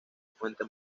fuente